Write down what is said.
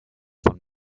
von